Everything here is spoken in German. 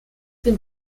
dem